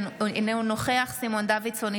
אינו נוכח סימון דוידסון,